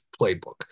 playbook